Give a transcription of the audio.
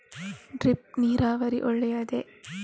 Drip ನೀರಾವರಿ ಒಳ್ಳೆಯದೇ?